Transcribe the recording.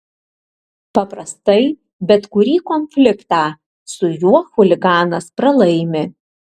paprastai bet kurį konfliktą su juo chuliganas pralaimi